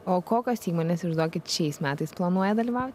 o kokios įmonės išduokit šiais metais planuoja dalyvauti